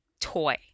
toy